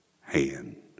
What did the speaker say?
hand